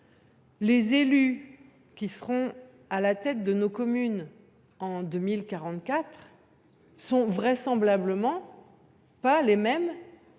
les élus qui seront à la tête de nos communes en 2044 ne seront vraisemblablement pas les mêmes